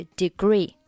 degree